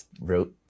wrote